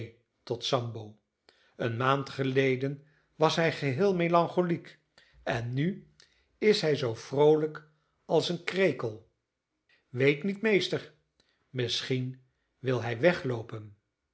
tot sambo eene maand geleden was hij geheel melancholiek en nu is hij zoo vroolijk als een krekel weet niet meester misschien wil hij wegloopen